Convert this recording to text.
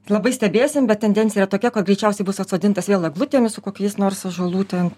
labai stebėsim bet tendencija yra tokia kad greičiausiai bus atsodintas vėl eglutėmis su kokiais nors ąžuolų ten